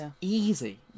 easy